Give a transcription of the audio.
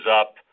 up